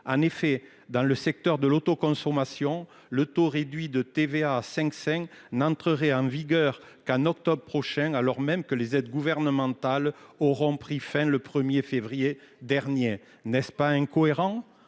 en effet, dans le secteur de l’autoconsommation, le taux réduit de TVA de 5,5 % n’entrerait en vigueur qu’en octobre prochain, alors même que les aides gouvernementales ont pris fin le 1 février dernier ! N’est ce pas incohérent ?